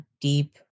deep